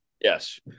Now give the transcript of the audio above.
Yes